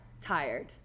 tired